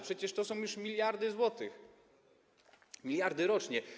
Przecież to są już miliardy złotych, miliardy rocznie.